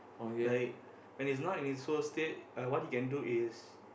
like when he's not in his soul state uh what he can do is